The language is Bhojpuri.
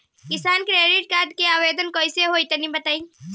किसान क्रेडिट कार्ड के आवेदन कईसे होई तनि बताई?